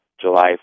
July